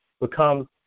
become